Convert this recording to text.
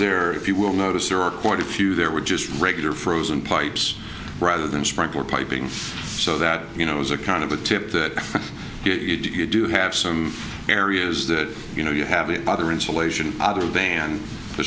there if you will notice there are quite a few there were just regular frozen pipes rather than sprinkler piping so that you know those are kind of a tip that you do have some areas that you know you have the other insulation other than the